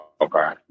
Okay